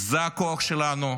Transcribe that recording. זה הכוח שלנו,